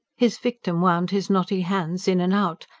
his victim wound his knotty hands in and out,